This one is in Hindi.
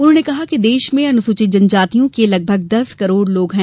उन्होंने कहा कि देश में अनुसूचित जनजातियों के लगभग दस करोड़ लोग हैं